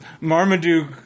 Marmaduke